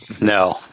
No